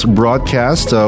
broadcast